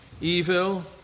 evil